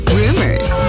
rumors